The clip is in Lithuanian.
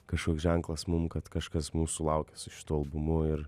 kažkoks ženklas mum kad kažkas mūsų laukia su šituo albumu ir